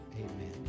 amen